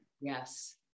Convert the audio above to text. Yes